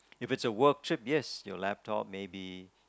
if it's a work trip yes your laptop maybe